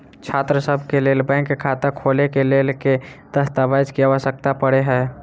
छात्रसभ केँ लेल बैंक खाता खोले केँ लेल केँ दस्तावेज केँ आवश्यकता पड़े हय?